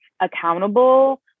accountable